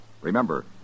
Remember